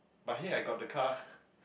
but hey I got the car